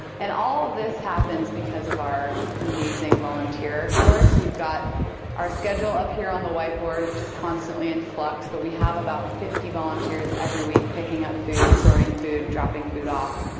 and all of this happens because of our amazing volunteer force. we've got our schedule up here, on the white board, which is constantly in flux, but we have about fifty volunteers every week, picking up food, sorting food, dropping food off.